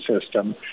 system